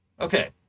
Okay